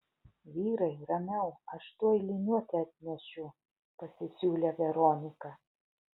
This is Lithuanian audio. vyrai ramiau aš tuoj liniuotę atnešiu pasisiūlė veronika